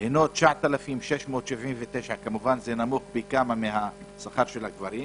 הוא 9,679 כמובן, זה נמוך פי כמה משכר הגברים,